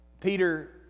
Peter